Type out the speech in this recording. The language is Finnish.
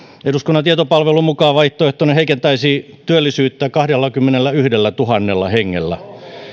eduskunnan tietopalvelun mukaan vaihtoehtonne heikentäisi työllisyyttä kahdellakymmenellätuhannella hengellä